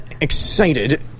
excited